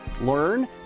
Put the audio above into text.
learn